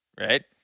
right